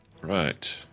Right